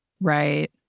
Right